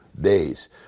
days